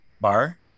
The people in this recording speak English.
Bar